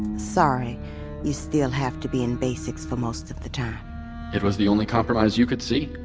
sorry you still have to be in basics for most of the time it was the only compromise you could see.